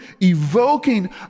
evoking